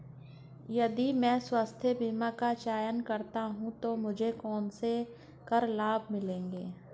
यदि मैं स्वास्थ्य बीमा का चयन करता हूँ तो मुझे कौन से कर लाभ मिलेंगे?